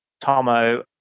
Tomo